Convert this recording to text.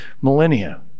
millennia